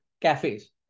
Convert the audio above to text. cafes